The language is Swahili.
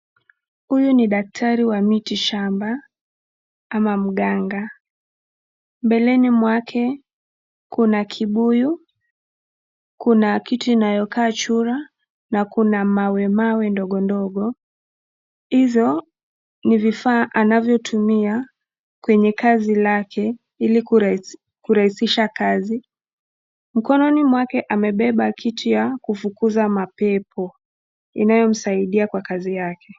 Huyu Ni dakitari Wa miti shamba ama mganga, mbeleni mwake kuna kibuyu, kuna kitu inayo kaa chura, na kuna vimawe vidogo vidogo, hizi ni vifaa anavyotumiaa kwenye kazi yake ili kurahisisha kazi, mkononi mwake amembeba kitu ya kufukuzia mapepo inayo msaidia kwenye kazi yake.